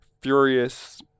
furious